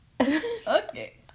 okay